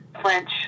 French